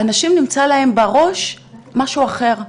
לאנשים נמצא בראש משהו אחר,